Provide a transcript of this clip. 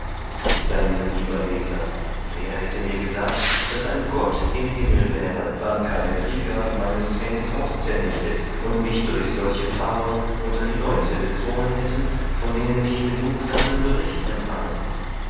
dann lieber leser wer hätte mir gesagt daß ein gott im himmel wäre wann keine krieger meines knäns haus zernichtet und mich durch solche fahung unter die leute gezwungen hätten von denen ich genugsamen bericht empfangen